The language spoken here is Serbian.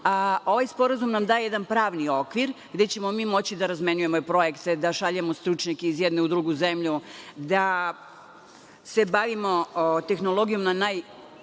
Ovaj sporazum nam daje jedan pravni okvir gde ćemo mi moći da razmenjujemo projekte, da šaljemo stručnjake iz jedne u drugu zemlju, da se bavimo tehnologijom na najveći